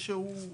זה שהוא,